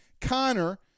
Connor